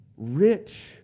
Rich